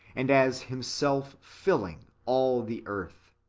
and as himself filling all the earth.